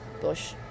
Bush